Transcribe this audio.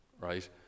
right